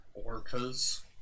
Orcas